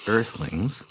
Earthlings